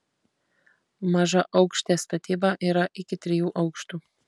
mažaaukštė statyba yra iki trijų aukštų